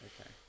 okay